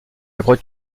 grotte